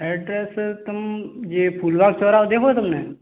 address तुम ये फूल गाँव चौराहा देखो है तुमने